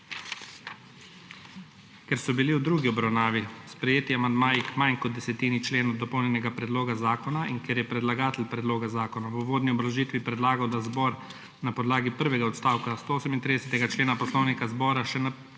Ker so bili v drugi obravnavi sprejeti amandmaji k manj kot desetini členov dopolnjenega predloga zakona in ker je predlagatelj predloga zakona v uvodni obrazložitvi predlagal, da zbor na podlagi prvega odstavka 138. člena Poslovnika Državnega